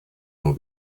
will